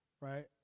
right